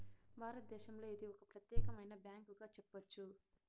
భారతదేశంలో ఇది ఒక ప్రత్యేకమైన బ్యాంకుగా చెప్పొచ్చు